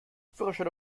führerschein